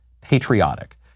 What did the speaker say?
patriotic